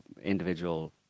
individual